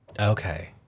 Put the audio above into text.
Okay